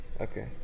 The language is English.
Okay